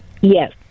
Yes